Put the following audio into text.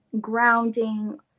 grounding